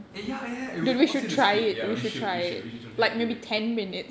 eh ya ya ya it will force you to speak ya we should we should we should